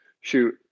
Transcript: shoot